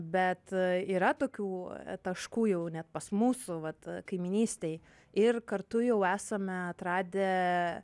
bet yra tokių taškų jau net pas mūsų vat kaimynystėj ir kartu jau esame atradę